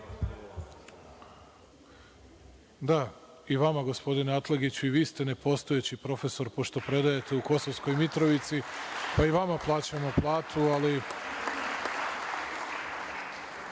i vama, gospodine Atlagiću, i vi ste nepostojeći profesor, pošto predajete u Kosovskoj Mitrovici, a i vama plaćamo platu, ali,